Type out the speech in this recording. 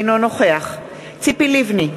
אינו נוכח ציפי לבני,